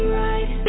right